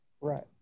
Right